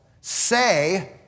say